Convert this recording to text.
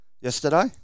yesterday